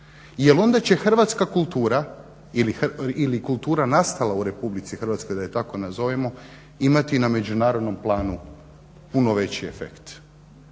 Jel onda će hrvatska kultura ili kultura nastala u RH, da je tako nazovemo, imati na međunarodnom planu puno veći efekt.